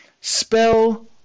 spell